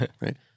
right